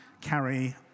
carry